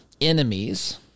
enemies